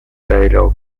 dialogue